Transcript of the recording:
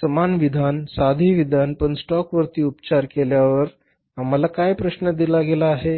समान विधान साधे विधान पण स्टॉक वरती उपचार केल्यावर तर आम्हाला काय प्रश्न दिला गेला आहे